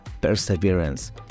perseverance